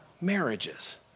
marriages